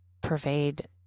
pervade